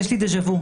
יש לי דזה' וו.